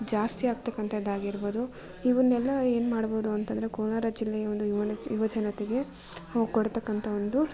ಜಾಸ್ತಿ ಆಗ್ತಕ್ಕಂಥದ್ದು ಆಗಿರ್ಬೋದು ಇವನ್ನೆಲ್ಲ ಏನು ಮಾಡ್ಬೋದು ಅಂತಂದರೆ ಕೋಲಾರ ಜಿಲ್ಲೆಯ ಒಂದು ಯುವ ನೆಚ್ ಯುವ ಜನತೆಗೆ ಕೊಡತಕ್ಕಂಥ ಒಂದು